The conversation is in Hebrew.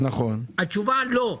התשובה לא,